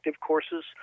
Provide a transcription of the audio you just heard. courses